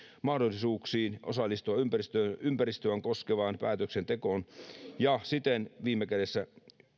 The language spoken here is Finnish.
mahdollisuuksiin osallistua ympäristöään koskevaan päätöksentekoon ja siten viime kädessä